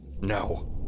No